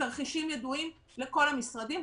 התרחישים ידועים לכל המשרדים.